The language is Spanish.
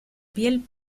piel